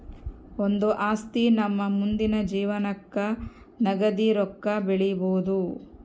ಒಂದು ಆಸ್ತಿ ನಮ್ಮ ಮುಂದಿನ ಜೀವನಕ್ಕ ನಗದಿ ರೊಕ್ಕ ಬೆಳಿಬೊದು